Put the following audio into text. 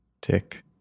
tick